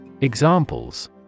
Examples